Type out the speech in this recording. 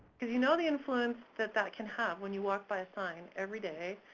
because you know the influence that that can have when you walk by a sign every day,